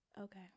Okay